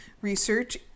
research